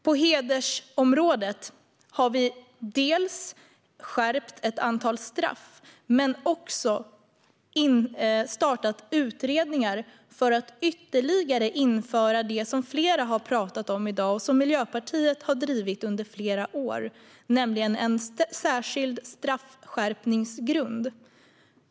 På hedersområdet har vi skärpt ett antal straff men också startat utredningar för att vi ska kunna införa det som flera har pratat om i dag och som Miljöpartiet har drivit under flera år, nämligen en särskild straffskärpningsgrund.